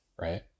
right